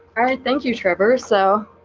i mean thank you trevor so